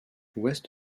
ouest